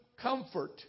comfort